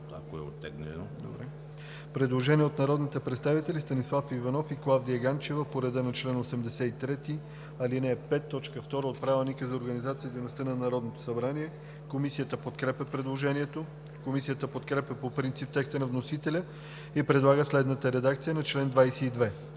предложение от народните представители Халил Летифов и Станислав Иванов по реда на чл. 83, ал. 5, т. 2 от Правилника за организацията и дейността на Народното събрание. Комисията подкрепя предложението. Комисията подкрепя по принцип текста на вносителя и предлага следната редакция за чл. 28: